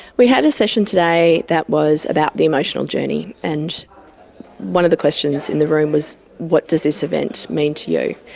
we had a session today that was about the emotional journey, and one of the questions in the room was what does this event mean to you?